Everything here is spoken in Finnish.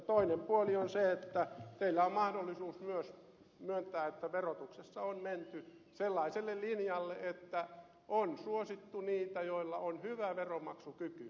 toinen puoli on se että teillä on mahdollisuus myös myöntää että verotuksessa on menty sellaiselle linjalle että on suosittu niitä joilla on hyvä veronmaksukyky